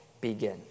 begin